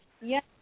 Yes